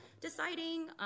deciding